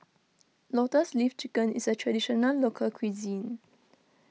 Lotus Leaf Chicken is a Traditional Local Cuisine